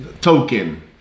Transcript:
token